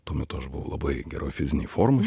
tuo metu aš buvau labai geroj fizinėj formoj